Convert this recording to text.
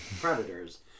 Predators